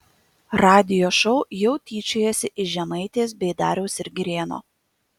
radijo šou jau tyčiojasi iš žemaitės bei dariaus ir girėno